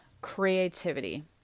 creativity